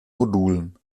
modulen